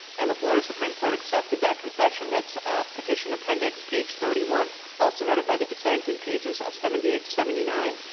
and the florida supreme court accepted that concession. that's petition appendix page thirty one, also noted by the dissent in pages seventy eight to seventy nine.